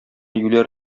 юләр